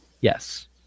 Yes